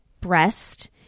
breast